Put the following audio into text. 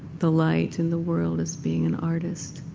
the light in the world as being an artist,